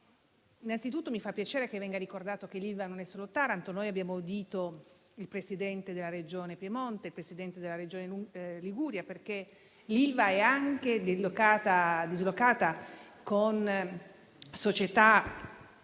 Innanzitutto, mi fa piacere venga ricordato che l'Ilva non è solo Taranto. Noi abbiamo audito il Presidente della Regione Piemonte, il Presidente della Regione Liguria, perché l'Ilva è dislocata in tutta